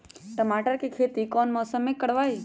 टमाटर की खेती कौन मौसम में करवाई?